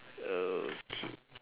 okay